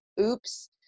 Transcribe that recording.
oops